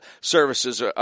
services